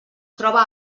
troba